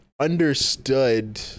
understood